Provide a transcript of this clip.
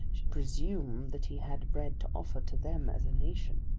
should presume that he had bread to offer to them as a nation.